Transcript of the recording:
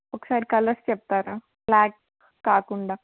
ఒకసారికలర్స్ చెప్తారా బ్లాక్ కాకుండా